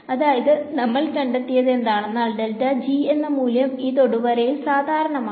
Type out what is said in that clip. അതായത് നമ്മൾ കണ്ടെത്തിയത് എന്താണെന്നാൽ എന്ന മൂല്യം ഈ തൊടുവരയിൽ സാധാരണമാണ്